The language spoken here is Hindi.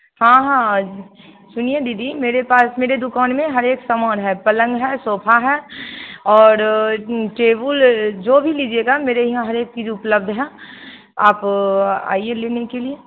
हाँ हाँ सुनिए दीदी मेरे पास मेरी दुकान में हर एक सामान है पलंग है सोफ़ा है और टेबुल जो भी लीजिएगा मेरे यहाँ हर एक की उपलब्ध है आप आइए लेने के लिए